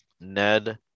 Ned